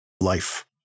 life